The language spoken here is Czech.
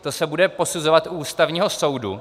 To se bude posuzovat u Ústavního soudu.